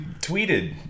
tweeted